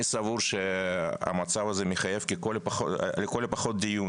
אני סבור שהמצב הזה מחייב לכל הפחות דיון